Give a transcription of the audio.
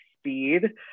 speed